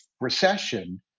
recession